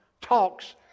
talks